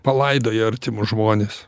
palaidoję artimus žmones